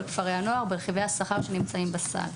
כפרי הנוער ברכיבי השכר שנמצאים בסל.